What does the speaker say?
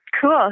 Cool